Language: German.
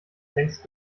längst